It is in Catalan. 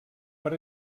per